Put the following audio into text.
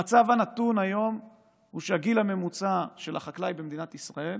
המצב הנתון היום הוא שהגיל הממוצע של החקלאי במדינת ישראל